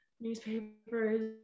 newspapers